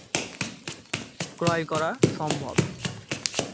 ক্রয় করা সম্ভব